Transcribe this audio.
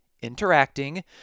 interacting